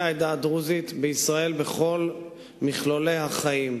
העדה הדרוזית בישראל בכל מכלולי החיים.